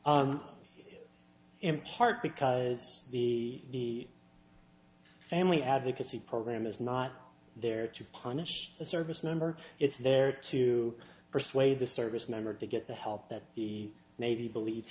in part because the family advocacy program is not there to punish a service member it's there to persuade the service member to get the help that the navy believe